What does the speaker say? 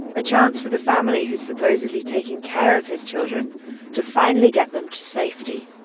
a chance for the family who's supposedly taking care of his children to finally get them to safety.